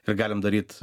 ir galim daryt